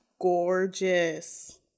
gorgeous